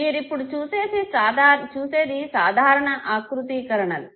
మీరు ఇప్పుడు చూసేది సాధారణ ఆకృతీకరణలు